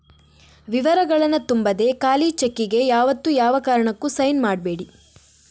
ವಿವರಗಳನ್ನ ತುಂಬದೆ ಖಾಲಿ ಚೆಕ್ಕಿಗೆ ಯಾವತ್ತೂ ಯಾವ ಕಾರಣಕ್ಕೂ ಸೈನ್ ಮಾಡ್ಬೇಡಿ